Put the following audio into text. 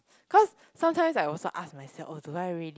cause sometimes I also ask myself oh do I really